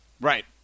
Right